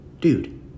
Dude